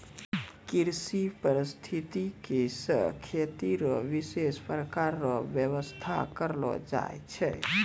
कृषि परिस्थितिकी से खेती रो विशेष प्रकार रो व्यबस्था करलो जाय छै